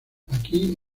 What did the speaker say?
aquí